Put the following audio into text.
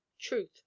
truth